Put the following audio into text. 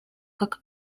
как